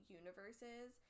universes